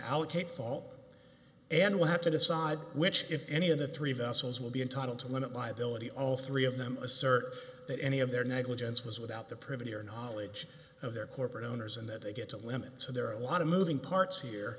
allocate fault and will have to decide which if any of the three vessels will be entitled to limit my ability all three of them assert that any of their negligence was without the privy or knowledge of their corporate owners and that they get to limit so there are a lot of moving parts